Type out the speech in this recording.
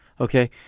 Okay